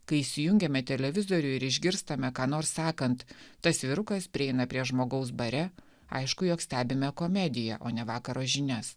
kai įsijungiame televizorių ir išgirstame ką nors sakant tas vyrukas prieina prie žmogaus bare aišku jog stebime komediją o ne vakaro žinias